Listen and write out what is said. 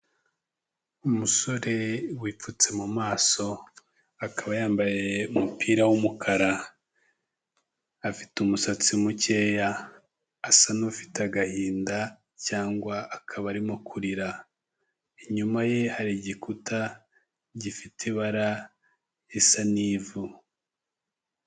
Umusore wipfutse mu maso, akaba yambaye umupira w'umukara, afite umusatsi mukeya, asa n'ufite agahinda cyangwa akaba arimo kurira. Inyuma ye hari igikuta gifite ibara risa n'ivu.